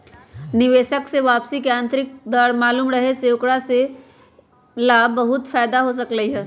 निवेशक स के वापसी के आंतरिक दर मालूम रहे से ओकरा स ला बहुते फाएदा हो सकलई ह